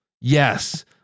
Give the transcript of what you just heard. Yes